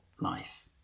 life